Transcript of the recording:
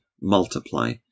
multiply